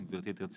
אם גברתי תרצה,